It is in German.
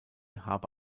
habe